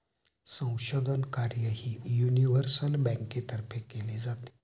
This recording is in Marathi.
संशोधन कार्यही युनिव्हर्सल बँकेतर्फे केले जाते